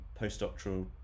postdoctoral